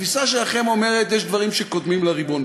התפיסה שלכם אומרת: יש דברים שקודמים לריבון.